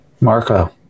Marco